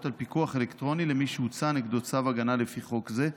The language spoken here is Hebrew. על פיקוח אלקטרוני למי שהוצא נגדו צו הגנה לפי חוק זה,